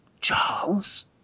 Charles